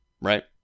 right